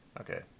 Okay